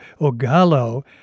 Ogalo